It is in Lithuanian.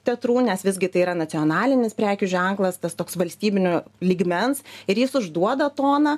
teatrų nes visgi tai yra nacionalinis prekių ženklas tas toks valstybinio lygmens ir jis užduoda toną